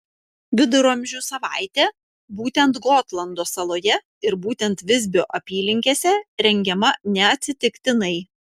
viduramžių savaitė būtent gotlando saloje ir būtent visbio apylinkėse rengiama neatsitiktinai